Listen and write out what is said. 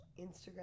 Instagram